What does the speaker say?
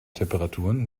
temperaturen